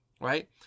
right